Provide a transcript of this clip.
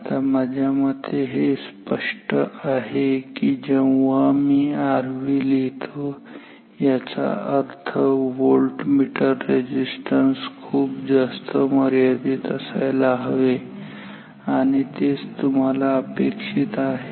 आता माझ्या मते हे स्पष्ट आहे की जेव्हा मी Rv लिहितो याचा अर्थ व्होल्टमीटर रेझिस्टन्स खूप जास्त अमर्यादित ∞ असायला हवे आणि तेच तुम्हाला अपेक्षित आहे